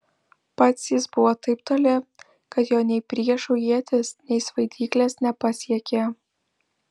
pats jis buvo taip toli kad jo nei priešų ietys nei svaidyklės nepasiekė